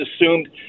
assumed